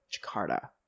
Jakarta